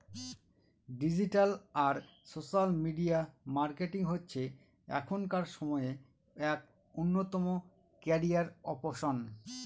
digital আর social media marketing হচ্ছে এখনকার সময়ে এক অন্যতম ক্যারিয়ার অপসন